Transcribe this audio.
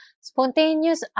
spontaneous